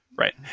Right